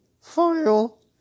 file